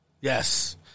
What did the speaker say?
Yes